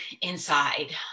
inside